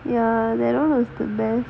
ya that [one] was the best